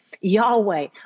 Yahweh